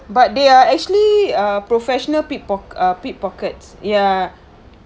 but they are actually ah professional pickpock~ ah pickpocket ya